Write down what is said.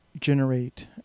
generate